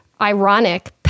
ironic